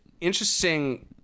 interesting